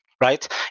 right